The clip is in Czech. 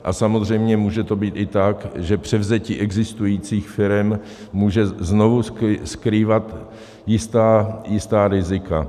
A samozřejmě může to být i tak, že převzetí existujících firem může znovu skrývat jistá rizika.